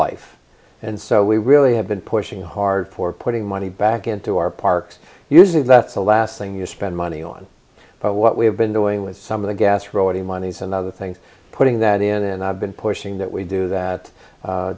life and so we really have been pushing hard for putting money back into our parks usually that's the last thing you spend money on but what we have been doing with some of the gas rody monies and other things putting that in and i've been pushing that we do that